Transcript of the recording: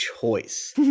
choice